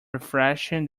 refreshing